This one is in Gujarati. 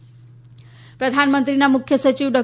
બેઠક પ્રધાનમંત્રીના મુખ્ય સચિવ ડો